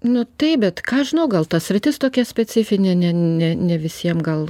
nu taip bet ką aš žinau gal ta sritis tokia specifinė ne ne ne visiem gal